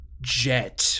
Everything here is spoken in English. jet